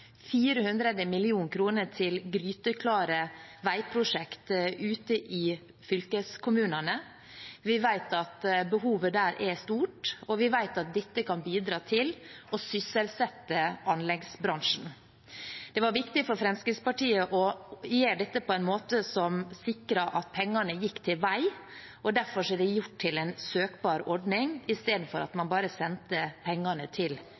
til gryteklare veiprosjekt ute i fylkeskommunene. Vi vet at behovet der er stort, og vi vet at dette kan bidra til å sysselsette anleggsbransjen. Det var viktig for Fremskrittspartiet å gjøre dette på en måte som sikrer at pengene gikk til vei, og derfor er det gjort til en søkbar ordning istedenfor at man bare sendte pengene til